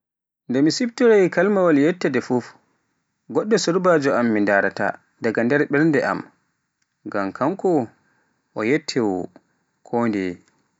Nde mi siftoroy kalimaawal yettere fuf, goɗɗo surbaajo am mi ndarata daga nder ɓernde am, ngam hannko o yettowoo kondeye.